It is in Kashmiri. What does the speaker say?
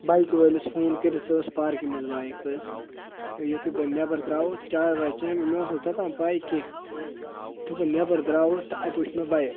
بایکہِ وٲلِس فون کٔرِتھ سُہ ٲس پارکہِ منٛز بایِک حظ تہٕ یُتھُے بہٕ نٮ۪بَر درٛاوُس چاے واے چیٚمہِ مےٚ ٲس نہٕ توٚتام پَے کیٚنٛہہ یُتھُے بہٕ نٮ۪بَر درٛاوُس تہٕ اَتہِ وُچھ مےٚ بایِک